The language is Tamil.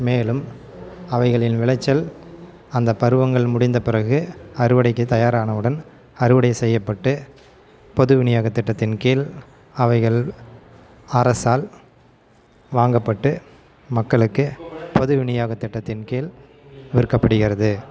மேலும் அவைகளின் விளைச்சல் அந்த பருவங்கள் முடிந்த பிறகு அறுவடைக்கு தயாரானவுடன் அறுவடை செய்யப்பட்டு பொது விநியோக திட்டத்தின் கீழ் அவைகள் அரசால் வாங்கப்பட்டு மக்களுக்கு பொது வினியோக திட்டத்தின் கீழ் விற்கப்படுகிறது